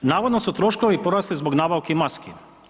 Navodno su troškovi porasli zbog nabavki maski.